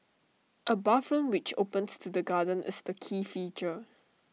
A bathroom which opens to the garden is the key feature